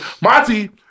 Monty